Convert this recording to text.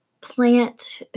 plant